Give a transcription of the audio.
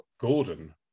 Gordon